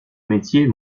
métier